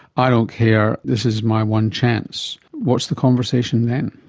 i don't care, this is my one chance. what's the conversation then?